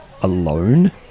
alone